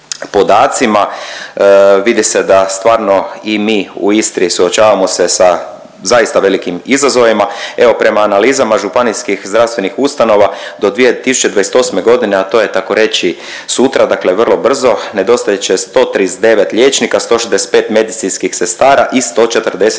vidi se da stvarno i mi u Istri suočavamo se sa zaista velikim izazovima. Evo, prema analizama županijskih zdravstvenih ustanova, do 2028. g., a to je tako reći sutra, dakle vrlo brzo, nedostajat će 139 liječnika, 165 medicinskih sestara i 148 njegovatelja.